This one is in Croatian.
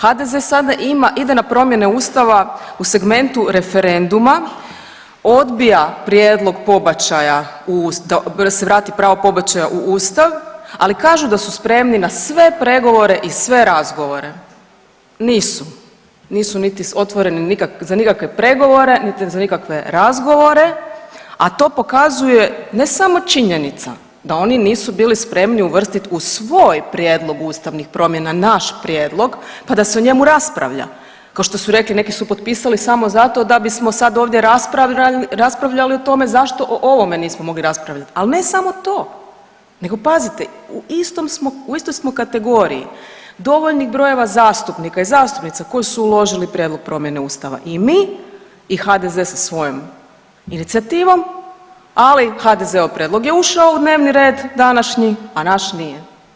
HDZ sada ima, ide na promjene ustava u segmentu referenduma, odbija prijedlog pobačaja, da se vrati pravo pobačaja u ustav, ali kažu da su spremni na sve pregovore i sve razgovore, nisu, nisu niti otvoreni za nikakve pregovore, niti za nikakve razgovore, a to pokazuje ne samo činjenica da oni nisu bili spremni uvrstit u svoj prijedlog ustavnih promjena naš prijedlog, pa da se o njemu raspravlja, kao što su rekli, neki su potpisali samo zato da bismo sad ovdje raspravljali o tome, zašto o ovome nismo mogli raspravljat, al ne samo to nego pazite u istoj smo kategoriji dovoljnih brojeva zastupnika i zastupnica koji su uložili prijedlog promjene ustava i mi i HDZ sa svojom inicijativom, ali HDZ-ov prijedlog je ušao u dnevni red današnji, a naš nije.